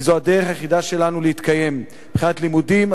כי זו הדרך היחידה שלנו להתקיים מבחינת לימודים,